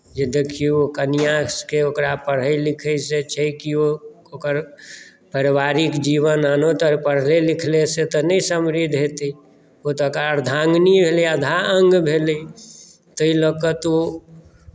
देखियौ कनिआँके ओकरा पढ़य लिखयसँ छै कि ओ ओकर पारिवारिक जीवन आनो तरहे पढ़ले लिखलेसँ तऽ नहि समृद्ध हेतै ओ तऽ ओकर अर्धाङ्गिनी भेलै आधा अङ्ग भेलै ताहि लए कऽ तऽ ओ